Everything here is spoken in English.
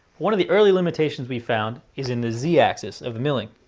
one of the early limitations we found is in the z-axis of milling.